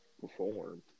perform